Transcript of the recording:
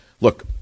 Look